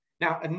Now